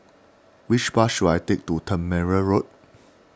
which bus should I take to Tangmere Road